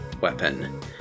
weapon